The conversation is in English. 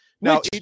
no